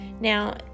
now